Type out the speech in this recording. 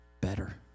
better